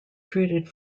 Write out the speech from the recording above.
treated